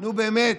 נו, באמת,